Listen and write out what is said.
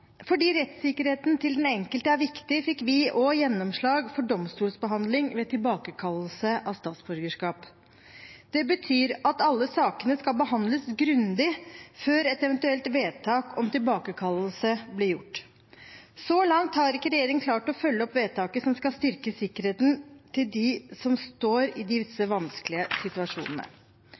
Fordi rettssikkerheten til den enkelte er viktig, fikk vi også gjennomslag for domstolsbehandling ved tilbakekallelse av statsborgerskap. Det betyr at alle sakene skal behandles grundig før et eventuelt vedtak om tilbakekallelse blir gjort. Så langt har ikke regjeringen klart å følge opp vedtaket som skal styrke sikkerheten til dem som står i disse vanskelige situasjonene.